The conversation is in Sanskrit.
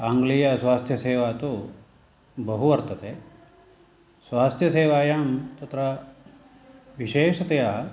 आङ्ग्लीयस्वास्थ्यसेवा तु बहु वर्तते स्वास्थ्यसेवायां तत्र विशेषतया